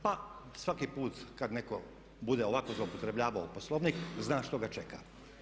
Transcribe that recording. Pa svaki put kad netko bude ovako zloupotrebljavao Poslovnik zna što ga čeka.